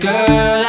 Girl